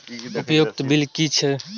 उपयोगिता बिल कि छै?